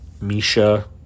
Misha